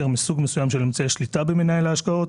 מסוג מסוים של אמצעי שליטה במנהל ההשקעות.